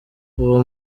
uwo